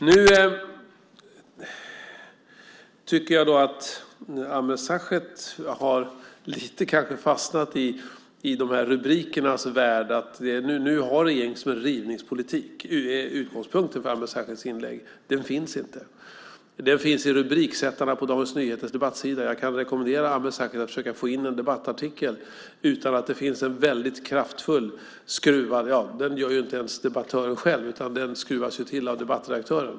Jag tycker att Ameer Sachet lite har fastnat i rubrikernas värld. Nu har regeringen en rivningspolitik. Det är utgångspunkten för Ameer Sachets inlägg. Den finns inte. Den finns hos rubriksättarna på Dagens Nyheters debattsida. Jag kan rekommendera Ameer Sachet att försöka få in en debattartikel utan att det finns en väldigt kraftfull, skruvad rubrik. Den gör inte ens debattören själv. Den skruvas till av debattredaktören.